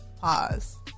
Pause